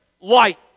light